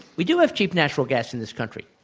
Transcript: we do have cheap natural gas in this country.